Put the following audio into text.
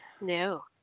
No